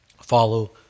follow